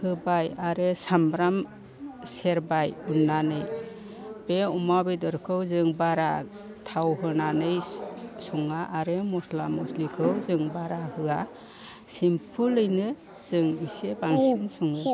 होबाय आरो सामब्राम सेरबाय उननानै बे अमा बेदरखौ जों बारा थाव होनानै सङा आरो मस्ला मस्लिखौ जों बारा होआ सिम्पोलयैनो जों इसे बांसिन सङो